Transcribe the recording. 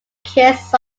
kiss